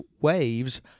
waves